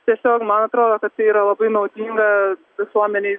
tiesiog man atrodo kad tai yra labai naudinga visuomenei